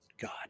God